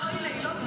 הינה, היא לא מסוגלת.